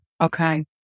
Okay